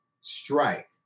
strike